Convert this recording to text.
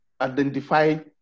identify